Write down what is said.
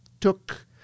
took